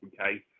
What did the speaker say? Okay